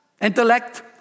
Intellect